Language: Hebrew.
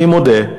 אני מודה,